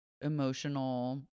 emotional